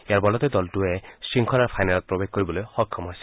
ইয়াৰ বলতে দলটোৱে শৃংখলাৰ ফাইনেলত প্ৰৱেশ কৰিবলৈ সক্ষম হৈছিল